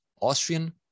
Austrian